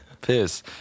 Piss